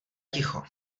ticho